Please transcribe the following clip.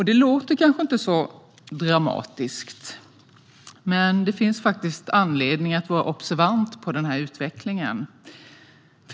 Det låter kanske inte så dramatiskt, men det finns faktiskt anledning att vara observant på den här utvecklingen.